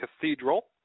Cathedral